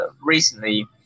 recently